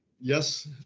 yes